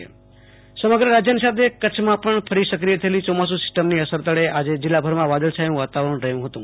આશ્તોષ અંતાણી કચ્છ વરસાદ સમગ્ર રાજયની સાથે કચ્છમાં પણ ફરી સક્રીય થયેલી ચોમાસ સિસ્ટમની અસર તળે આજે જિલ્લાભરમાં વાદળછાય વાતાવરણ રહય હતું